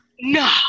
no